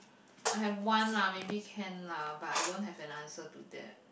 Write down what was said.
I have one lah maybe can lah but I don't have an answer to that